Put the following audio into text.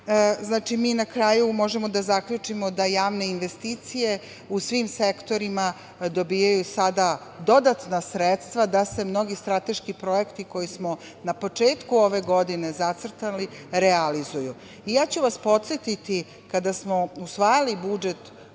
mi na kraju možemo da zaključimo da javne investicije u svim sektorima dobijaju sada dodatna sredstva da se mnogi strateški projekti koje smo na početku ove godine zacrtali realizuju. Podsetiću vas kada smo usvajali budžet